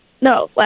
No